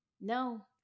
no